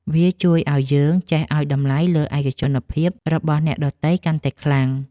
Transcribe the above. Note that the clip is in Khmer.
វាជួយឱ្យយើងចេះឱ្យតម្លៃលើឯកជនភាពរបស់អ្នកដទៃកាន់តែខ្លាំង។